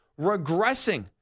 regressing